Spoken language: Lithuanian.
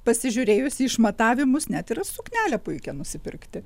pasižiūrėjus į išmatavimus net ira suknelę puikią nusipirkti